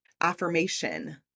affirmation